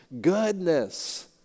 goodness